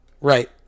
Right